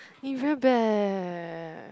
you very bad eh